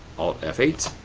alt f eight,